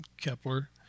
Kepler